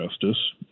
justice